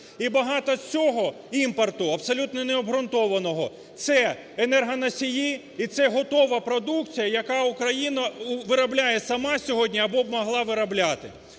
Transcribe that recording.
І багато цього імпорту, абсолютно необґрунтованого, – це енергоносії і це готова продукція, яку Україна виробляє сама сьогодні або могла б виробляти.